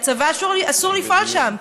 ולצבא אסור לפעול שם.